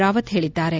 ರಾವತ್ ಹೇಳಿದ್ದಾರೆ